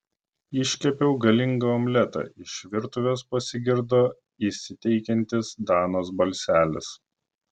iškepiau galingą omletą iš virtuvės pasigirdo įsiteikiantis danos balselis